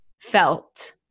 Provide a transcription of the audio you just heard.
felt